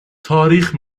تاریخ